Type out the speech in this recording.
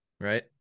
right